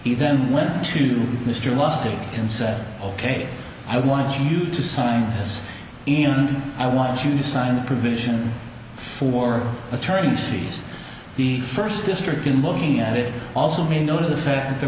then went to mr last it and said ok i want you to sign this in i want you to sign a provision for attorney's fees the first district in looking at it also may know to the fact that there